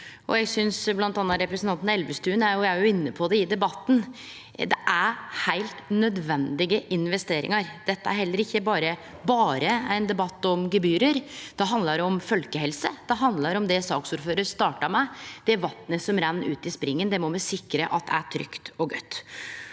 Eg synest bl.a. representanten Elvestuen er inne på det i debatten: Det er heilt nødvendige investeringar. Det er heller ikkje «berre» ein debatt om gebyr – det handlar om folkehelse, det handlar om det saksordføraren starta med, at det vatnet som renn ut i springen, må me sikre at er trygt og godt.